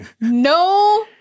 No